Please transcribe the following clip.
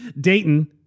Dayton